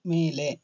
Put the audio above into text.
ಮೇಲೆ